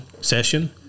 session